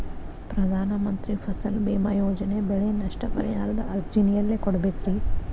ಪ್ರಧಾನ ಮಂತ್ರಿ ಫಸಲ್ ಭೇಮಾ ಯೋಜನೆ ಬೆಳೆ ನಷ್ಟ ಪರಿಹಾರದ ಅರ್ಜಿನ ಎಲ್ಲೆ ಕೊಡ್ಬೇಕ್ರಿ?